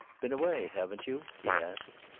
been away, haven't you? he asked.